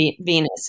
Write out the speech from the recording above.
Venus